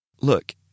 Look